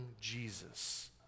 Jesus